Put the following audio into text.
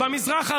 במזרח הרחוק,